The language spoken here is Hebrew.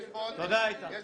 תודה, איתן.